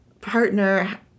partner